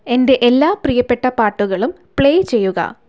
എൻ്റെ എല്ലാ പ്രിയപ്പെട്ട പാട്ടുകളും പ്ലേ ചെയ്യുക